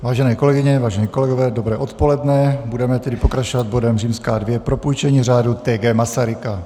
Vážené kolegyně, vážení kolegové, dobré odpoledne, budeme tedy pokračovat bodem II propůjčení Řádu T. G. Masaryka.